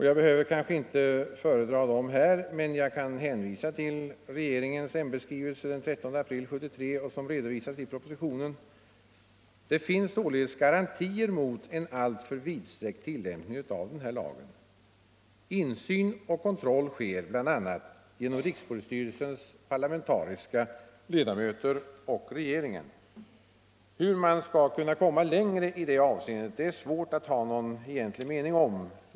Jag behöver kanske inte föredra dem här, men jag kan hänvisa till regeringens ämbetsskrivelse den 13 april 1973 som redovisas i propositionen. Det finns således garantier mot en alltför vidsträckt tillämpning av lagen. Insyn och kontroll sker bl.a. genom rikspolisstyrelsens parlamentariska ledamöter och regeringen. Hur vi skall kunna komma längre i det avseendet är det svårt att ha någon mening om.